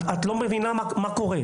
את לא מבינה מה קורה.